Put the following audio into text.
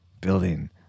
building